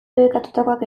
debekatutakoak